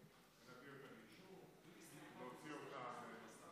ונביא אותה לאישור ונוציא אותה.